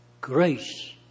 grace